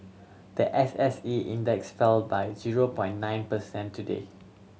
the S S E Index fell by zero point nine percent today